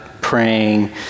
praying